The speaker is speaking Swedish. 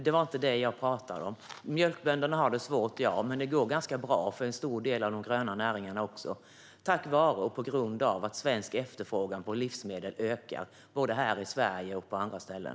Det var inte det jag talade om. Mjölkbönderna har det svårt, ja, men det går ganska bra för en stor del av de gröna näringarna. Detta är tack vare att efterfrågan på svenska livsmedel ökar, både här i Sverige och på andra ställen.